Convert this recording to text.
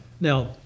Now